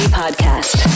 podcast